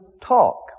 talk